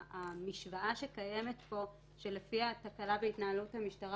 המשוואה שקיימת פה שלפיה תקלה בהתנהלות המשטרה